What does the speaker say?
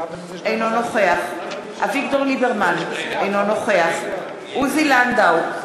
אינו נוכח אביגדור ליברמן, אינו נוכח עוזי לנדאו,